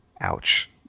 Ouch